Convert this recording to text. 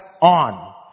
on